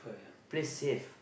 please save